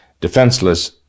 defenseless